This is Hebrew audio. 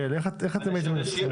איך הייתם מנסחים את זה?